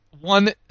one